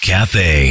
Cafe